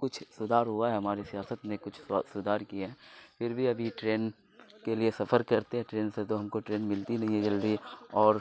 کچھ سدھار ہوا ہے ہمارے سیاست میں کچھ سدھار کیے ہیں پھر بھی ابھی ٹرین کے لیے سفر کرتے ہیں ٹرین سے تو ہم کو ٹرین ملتی نہیں ہے جلدی اور